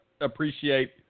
appreciate